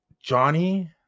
Johnny